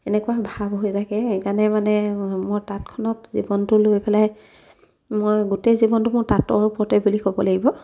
এনেকুৱা ভাৱ হৈ থাকে সেইকাৰণে মানে মই তাঁতখনক জীৱনটো লৈ পেলাই মই গোটেই জীৱনটো মোৰ তাঁতৰ ওপৰতে বুলি ক'ব লাগিব